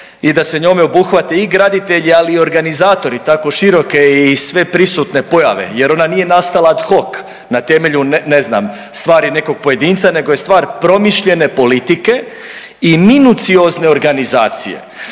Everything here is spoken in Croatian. i da se njome obuhvate i graditelji, ali i organizatori tako široke i sveprisutne pojave jer ona nije nastala ad hoc na temelju ne znam stvari nekog pojedinca nego je stvar promišljene politike i minuciozne organizacije.